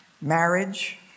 Marriage